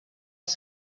els